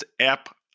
app